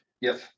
Yes